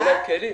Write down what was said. תנו להם כלים.